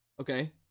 Okay